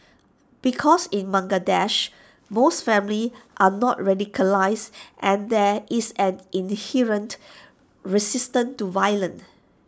because in Bangladesh most families are not radicalised and there is an inherent resistance to violence